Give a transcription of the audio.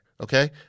okay